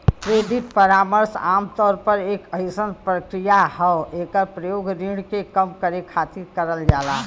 credit परामर्श आमतौर पर एक अइसन प्रक्रिया हौ एकर प्रयोग ऋण के कम करे खातिर करल जाला